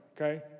okay